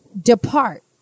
depart